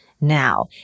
now